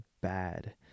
bad